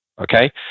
Okay